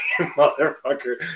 Motherfucker